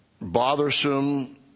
bothersome